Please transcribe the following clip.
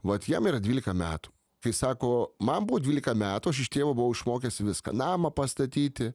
vat jam yra dvylika metų tai sako man buvo dvylika metų aš iš tėvo buvau išmokęs viską namą pastatyti